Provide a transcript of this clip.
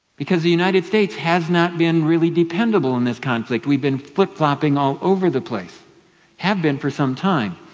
because the united states has not been really dependable in this conflict. we've been flip flopping all over the place. we have been for some time.